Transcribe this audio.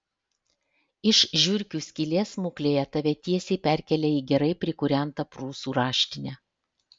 iš žiurkių skylės smuklėje tave tiesiai perkelia į gerai prikūrentą prūsų raštinę